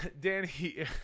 danny